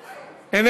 אוכל.